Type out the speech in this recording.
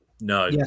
No